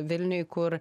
vilniuj kur